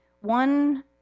one